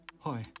Hi